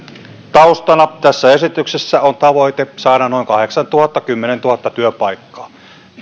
taustana tässä esityksessä on tavoite saada noin kahdeksantuhatta viiva kymmenentuhatta työpaikkaa